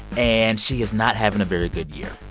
and she is not having a very good year.